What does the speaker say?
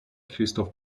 کریستف